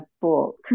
book